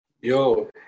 Yo